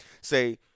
say